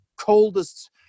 coldest